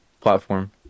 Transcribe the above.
platform